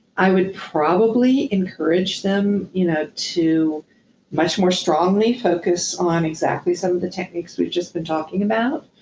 i would probably encourage them you know to much more strongly focus on exactly some of the techniques we've just been talking about.